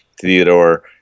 Theodore